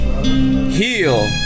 heal